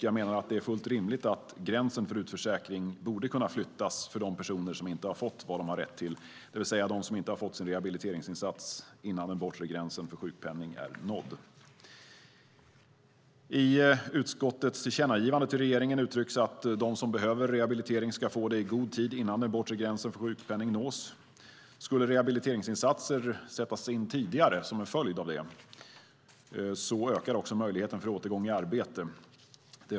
Jag menar att det är fullt rimligt att gränsen för utförsäkring borde kunna flyttas för de personer som inte fått vad de har rätt till, det vill säga de som inte fått sin rehabiliteringsinsats innan den bortre gränsen för sjukpenning är nådd. I utskottets tillkännagivande till regeringen uttrycks att de som behöver rehabilitering ska få det i god tid innan den bortre gränsen för sjukpenning nås. Skulle rehabiliteringsinsatser sättas in tidigare som en följd av detta ökar också möjligheten för återgång i arbete.